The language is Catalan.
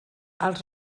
els